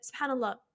subhanAllah